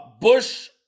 Bush